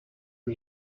aux